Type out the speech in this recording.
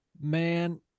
Man